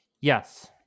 Yes